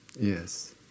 Yes